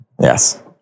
Yes